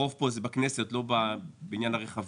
הרוב פה זה בכנסת לא בעניין הרכבים.